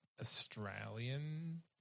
Australian